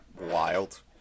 Wild